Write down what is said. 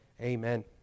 Amen